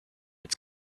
its